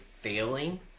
failing